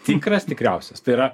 tikras tikriausias tai yra